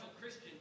Christian